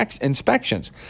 inspections